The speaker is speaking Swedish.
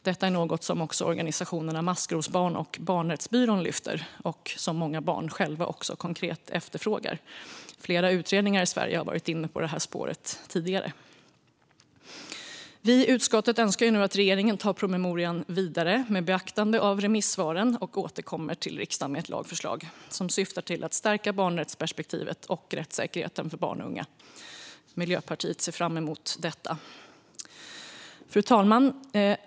Detta är något som också organisationerna Maskrosbarn och Barnrättsbyrån lyfter fram och som många barn efterfrågar. Flera utredningar i Sverige har varit inne på detta spår tidigare. Vi i utskottet önskar nu att regeringen tar promemorian vidare, med beaktande av remissvaren, och återkommer till riksdagen med ett lagförslag som syftar till att stärka barnrättsperspektivet och rättssäkerheten för barn och unga. Miljöpartiet ser fram emot detta. Fru talman!